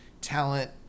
talent